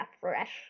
fresh